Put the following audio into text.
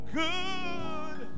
good